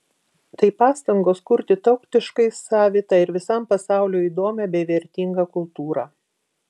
tai pastangos kurti tautiškai savitą ir visam pasauliui įdomią bei vertingą kultūrą